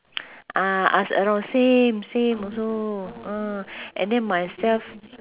ah ask around same same also uh and then myself